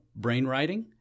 brainwriting